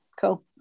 cool